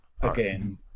again